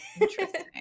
interesting